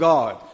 God